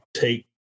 take